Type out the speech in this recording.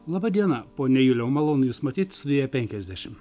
laba diena pone juliau malonu jus matyt studijoje penkiasdešimt